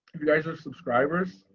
if you guys are subscribers,